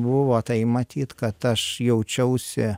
buvo tai matyt kad aš jaučiausi